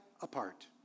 apart